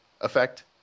effect